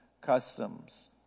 customs